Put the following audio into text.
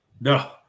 no